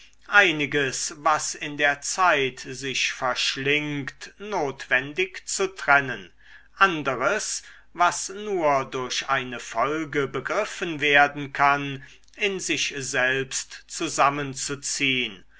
einiges was in der zeit sich verschlingt notwendig zu trennen anderes was nur durch eine folge begriffen werden kann in sich selbst zusammenzuziehn